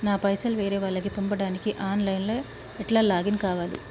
నా పైసల్ వేరే వాళ్లకి పంపడానికి ఆన్ లైన్ లా ఎట్ల లాగిన్ కావాలి?